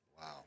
Wow